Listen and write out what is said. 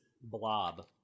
blob